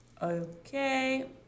okay